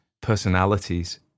personalities